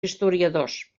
historiadors